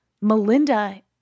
Melinda